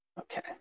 okay